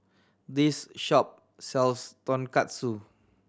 this shop sells Tonkatsu